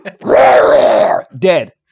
dead